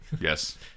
Yes